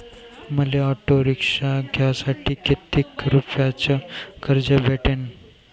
मले auto rickshaw घ्यासाठी कितीक रुपयाच कर्ज भेटनं?